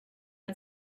out